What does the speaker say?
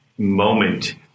Moment